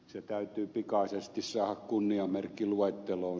se täytyy pikaisesti saada kunniamerkkiluetteloon